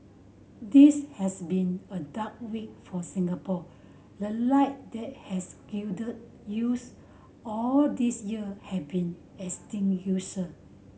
this has been a dark week for Singapore the light that has use all these year has been extinguished